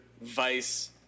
vice